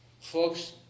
folks